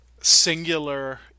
singular